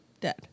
dead